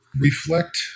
reflect